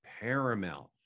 paramount